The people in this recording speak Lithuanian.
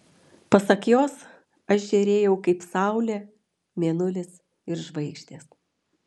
pasak jos aš žėrėjau kaip saulė mėnulis ir žvaigždės